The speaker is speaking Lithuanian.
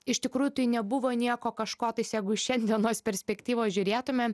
iš tikrųjų tai nebuvo nieko kažko tais jeigu iš šiandienos perspektyvos žiūrėtumėm